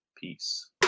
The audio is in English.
Peace